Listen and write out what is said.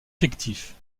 fictifs